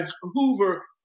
Hoover